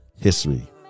history